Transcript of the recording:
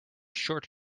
short